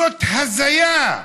זאת הזיה.